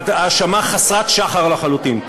האשמה חסרת שחר לחלוטין.